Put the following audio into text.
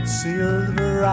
silver